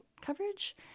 coverage